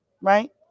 right